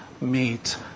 meet